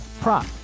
prop